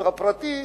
לפרטי,